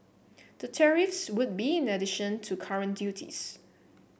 the tariffs would be in addition to current duties